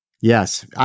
Yes